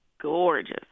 gorgeous